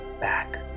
back